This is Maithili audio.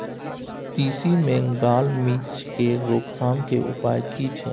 तिसी मे गाल मिज़ के रोकथाम के उपाय की छै?